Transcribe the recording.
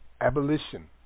Abolition